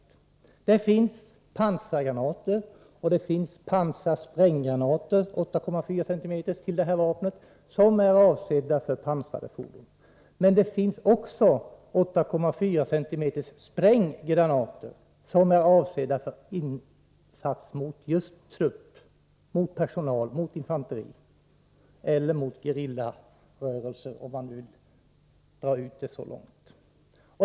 För vapnet finns pansargranater och pansarspränggranater, 8,4 cm, som är avsedda för pansrade fordon. Men det finns också 8,4 cm spränggranater som är avsedda för insats mot just trupp — mot personal, mot infanteri eller, om man vill dra ut resonemanget så långt, mot gerillarörelser.